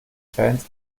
fans